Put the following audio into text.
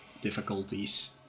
difficulties